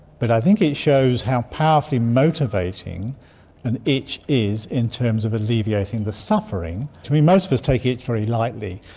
but i think it shows how powerfully motivating an itch is in terms of alleviating the suffering. most of us take itch very lightly,